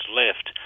left